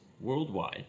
worldwide